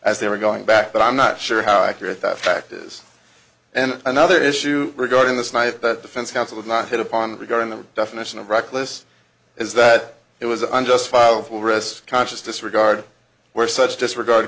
as they were going back but i'm not sure how accurate that fact is and another issue regarding the sniper the defense counsel would not hit upon regarding the definition of reckless is that it was unjust file forest conscious disregard where such disregard